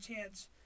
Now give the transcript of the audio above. chance